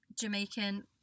Jamaican